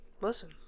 listen